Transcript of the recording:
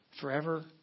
Forever